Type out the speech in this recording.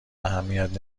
اهمیت